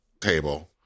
table